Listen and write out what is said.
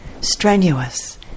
strenuous